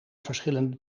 verschillende